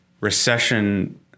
recession